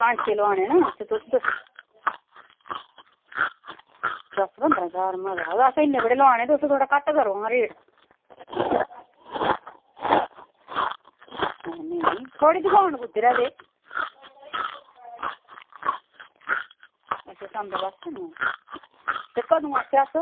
पंज छे लोआनें न ते तुस दस्सो दस पंदरां ज्हार मता ऐ असैं इन्नें थोह्ड़े लोआनें तुस थोह्ड़ा घट्ट करो हां रेट हां नेंई तोआड़ी दुकान कुद्धर ऐ ते अच्छा सांबै बस स्टैंड ते कदूं आचै अस